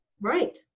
Right